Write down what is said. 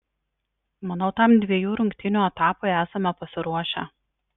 manau tam dviejų rungtynių etapui esame pasiruošę